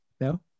no